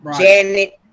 Janet